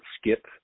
skip